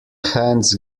hands